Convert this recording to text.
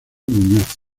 muñoz